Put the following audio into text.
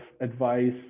advice